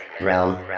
realm